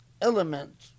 element